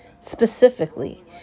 specifically